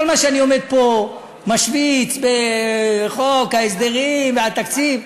כל מה שאני עומד פה, משוויץ בחוק ההסדרים והתקציב,